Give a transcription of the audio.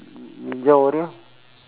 n~ ninja warrior